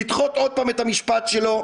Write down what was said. זה לדחות עוד פעם את המשפט שלו.